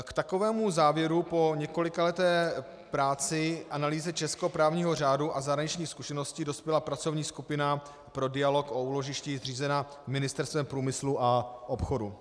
K takovému závěru po několikaleté práci, analýze českého právního řádu a zahraničních zkušeností dospěla pracovní skupina pro dialog o úložištích zřízená Ministerstvem průmyslu a obchodu.